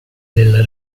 della